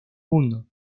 mundo